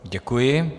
Děkuji.